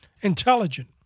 Intelligent